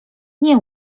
nie